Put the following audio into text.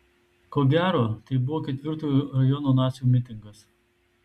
ko gero tai buvo ketvirtojo rajono nacių mitingas